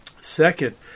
Second